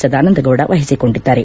ಸದಾನಂದ ಗೌದ ವಹಿಸಿಕೊಂಡಿದ್ದಾರೆ